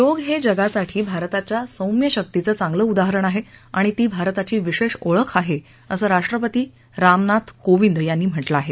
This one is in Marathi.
योग हे जगासाठी भारताच्या सौम्यशक्तीचं चांगलं उदाहरण आहे आणि ती भारताची विशेष ओळख आहे असं राष्ट्रपती रामनाथ कोविंद यांनी म्हा झिं आहे